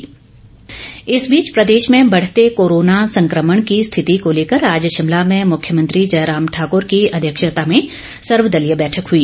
सर्वदलीय बैठक प्रदेश में बढ़ते कोरोना संकमण की स्थिति को लेकर आज शिमला में मुख्यमंत्री जयराम ठाकूर की अध्यक्षता में सर्वदलीय बैठक हई